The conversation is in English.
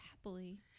happily